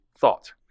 thought